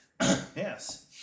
Yes